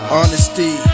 Honesty